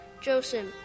Joseph